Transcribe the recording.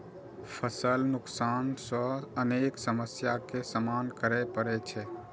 फसल नुकसान सं अनेक समस्या के सामना करै पड़ै छै